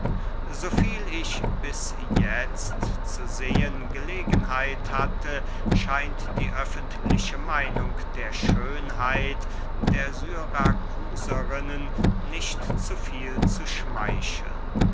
so viel ich bis jetzt zu sehen gelegenheit hatte scheint die öffentliche meinung der schönheit der syrakuserinnen nicht zu viel zu schmeicheln